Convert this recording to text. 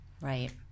Right